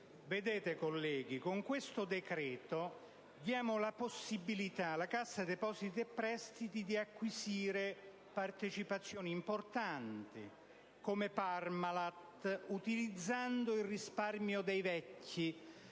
Presidente, colleghi, con questo decreto diamo la possibilità alla Cassa depositi e prestiti di acquisire partecipazioni importanti, come Parmalat, utilizzando il risparmio dei vecchi.